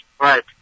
Right